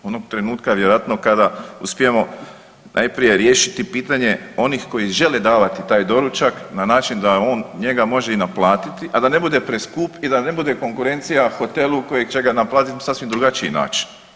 Onog trenutka vjerojatno kada uspijemo najprije riješiti pitanje onih koji žele davati taj doručak na način da on njega može i naplatiti, a da ne bude preskup i da ne bude konkurencija hotelu koji će ga naplatit na sasvim drugačiji način.